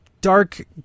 dark